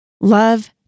Love